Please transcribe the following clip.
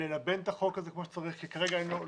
ללבן את החוק הזה כמו שצריך כי כרגע לא